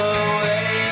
away